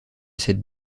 cette